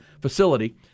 facility